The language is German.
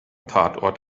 tatort